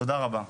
תודה רבה.